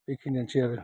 बेखिनियानोसै आरो